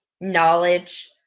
knowledge